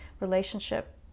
relationship